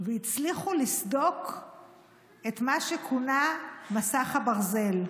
והצליחו לסדוק את מה שכונה "מסך הברזל".